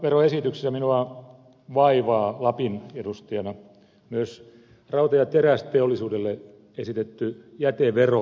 energiaveroesityksessä minua vaivaa lapin edustajana myös rauta ja terästeollisuudelle esitetty jätevero